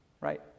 right